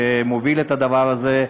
שמוביל את הדבר הזה,